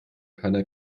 keiner